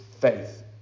faith